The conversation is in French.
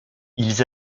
ils